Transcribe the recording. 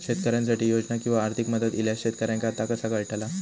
शेतकऱ्यांसाठी योजना किंवा आर्थिक मदत इल्यास शेतकऱ्यांका ता कसा कळतला?